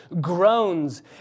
groans